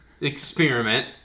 experiment